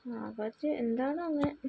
അവർ എന്താണ് അങ്ങനെ